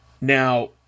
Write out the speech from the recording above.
Now